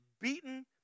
beaten